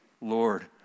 Lord